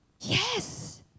Yes